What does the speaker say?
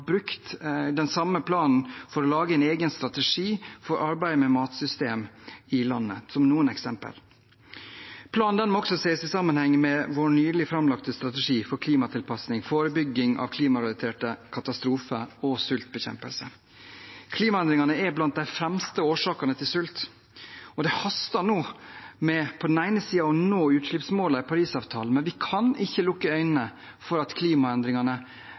brukt den samme planen for å lage en egen strategi for arbeidet med matsystem i landet. Det er noen eksempler. Planen må også ses i sammenheng med vår nylig framlagte strategi for klimatilpasning, forebygging av klimarelaterte katastrofer og sultbekjempelse. Klimaendringene er blant de fremste årsakene til sult. Det haster nå med å nå utslippsmålene i Parisavtalen, men vi kan ikke lukke øynene for at klimaendringene